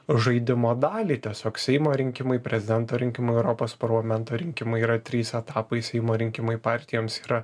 žaidimo dalį tiesiog seimo rinkimai prezidento rinkimai europos parlamento rinkimai yra trys etapai seimo rinkimai partijoms yra